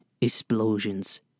Explosions